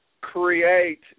create